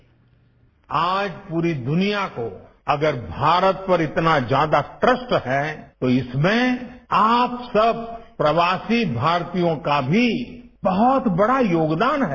bite आज पूरी दुनिया को अगर भारत पर इतना ज्यादा ट्रस्ट है तो इसमें आप सब प्रवासी भारतीयों का भी बहुत बड़ा योगदान है